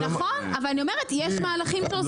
נכון אבל אני אומרת יש מהלכים שעושים.